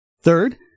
Third